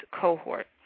cohort